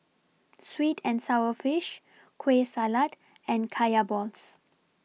Sweet and Sour Fish Kueh Salat and Kaya Balls